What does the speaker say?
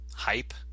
hype